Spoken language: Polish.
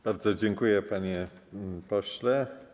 Bardzo dziękuję, panie pośle.